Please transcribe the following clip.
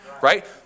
right